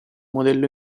modello